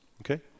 okay